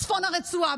בצפון הרצועה,